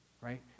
Right